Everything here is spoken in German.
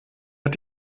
hat